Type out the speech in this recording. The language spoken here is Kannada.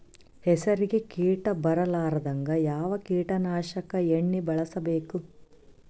ಹೆಸರಿಗಿ ಕೀಟ ಬರಲಾರದಂಗ ಯಾವ ಕೀಟನಾಶಕ ಎಣ್ಣಿಬಳಸಬೇಕು?